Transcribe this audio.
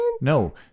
No